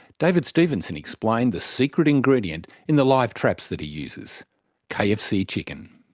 david stephenson explained the secret ingredient in the live traps that he uses kfc chicken.